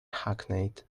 hackneyed